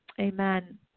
Amen